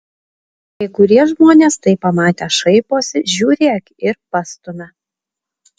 kai kurie žmonės tai pamatę šaiposi žiūrėk ir pastumia